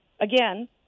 Again